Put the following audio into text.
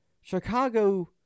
Chicago